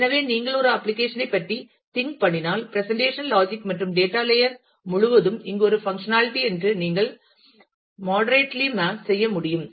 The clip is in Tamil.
எனவே நீங்கள் ஒரு அப்ளிகேஷன் ஐ பற்றி திங்க் பண்ணினால் பிரசன்டேஷன் லாஜிக் மற்றும் டேட்டா லேயர் முழுவதும் இது ஒரு பங்க்ஷநால்டி என்று நீங்கள் மாடரேட்லி மேப் செய்ய முடியும்